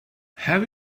have